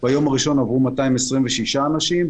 ביום הראשון עברו 226 אנשים,